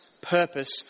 purpose